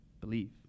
believe